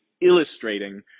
illustrating